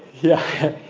yeah.